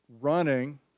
running